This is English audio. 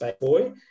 boy